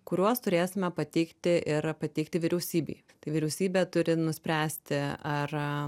kuriuos turėsime pateikti ir pateikti vyriausybei tai vyriausybė turi nuspręsti ar